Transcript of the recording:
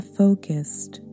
focused